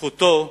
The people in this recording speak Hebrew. שבזכותו נבחרה,